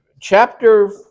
Chapter